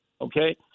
okay